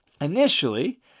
initially